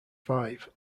five